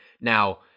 Now